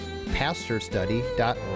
pastorstudy.org